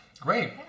great